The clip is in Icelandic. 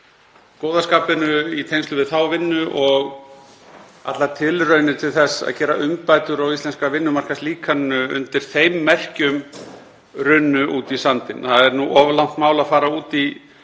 góða skapinu í tengslum við þá vinnu og allar tilraunir til þess að gera umbætur á íslenska vinnumarkaðslíkaninu undir þeim merkjum runnu út í sandinn. Það er of langt mál að fara út í